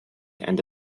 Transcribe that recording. and